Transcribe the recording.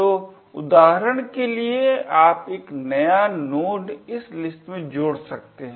तो उदाहरण के लिए आप एक नया नोड इस लिस्ट में जोड़ सकते है